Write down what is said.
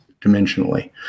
dimensionally